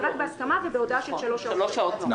זה רק בהסכמה ובהודעה של שלוש שעות לפני.